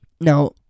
now